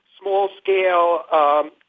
small-scale